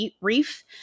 Reef